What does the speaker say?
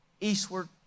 eastward